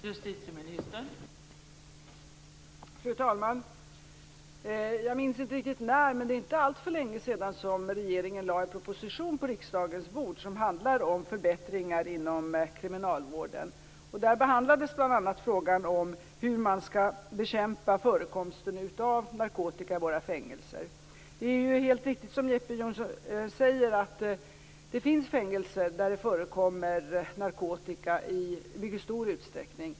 Fru talman! Jag minns inte riktigt när, men det är inte allt för länge sedan som regeringen lade en proposition på riksdagens bord som handlar om förbättringar inom kriminalvården. Där behandlades bl.a. frågan om hur man skall bekämpa förekomsten av narkotika i våra fängelser. Det är helt riktigt som Jeppe Johnsson säger. Det finns fängelser där det förekommer narkotika i mycket stor utsträckning.